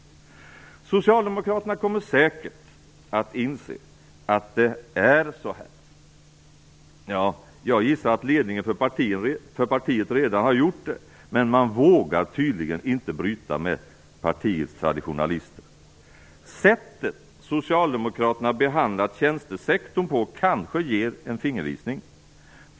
Socialdemokraterna kommer säkert att inse att det är så här. Jag gissar att ledningen för partiet redan har gjort det, men man vågar tydligen inte bryta med partiets traditionalister. Det sätt som socialdemokraterna har behandlat tjänstesektorn på ger kanske en fingervisning.